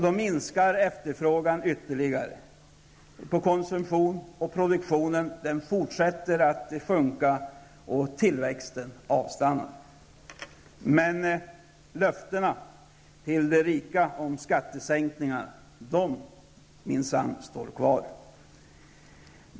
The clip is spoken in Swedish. Då minskar efterfrågan ytterligare, konsumtion och produktion fortsätter att sjunka, och tillväxten avstannar. Men löftena till de rika om skattesänkningar står minsann kvar.